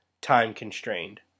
Time-constrained